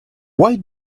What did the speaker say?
why